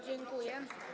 Dziękuję.